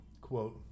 Quote